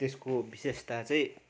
त्यसको विशेषता चाहिँ